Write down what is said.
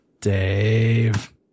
Dave